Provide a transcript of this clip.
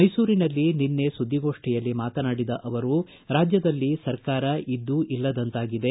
ಮೈಸೂರಿನಲ್ಲಿ ನಿನ್ನೆ ಸುದ್ದಿಗೋಷ್ಠಿಯಲ್ಲಿ ಮಾತನಾಡಿದ ಅವರು ರಾಜ್ಯದಲ್ಲಿ ಸರ್ಕಾರ ಇದ್ದೂ ಇಲ್ಲದಂತಾಗಿದೆ